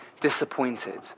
disappointed